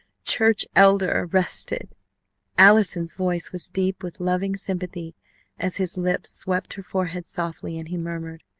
church elder arrested allison's voice was deep with loving sympathy as his lips swept her forehead softly and he murmured,